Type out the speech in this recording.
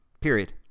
period